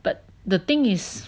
but the thing is